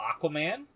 Aquaman